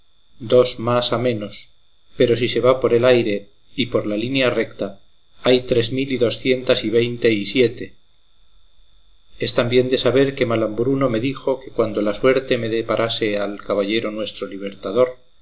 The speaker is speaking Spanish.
dos más a menos pero si se va por el aire y por la línea recta hay tres mil y docientas y veinte y siete es también de saber que malambruno me dijo que cuando la suerte me deparase al caballero nuestro libertador